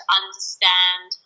understand